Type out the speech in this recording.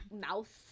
mouth